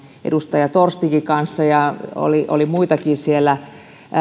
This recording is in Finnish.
edustaja torstin kanssa ja oli oli siellä